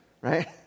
Right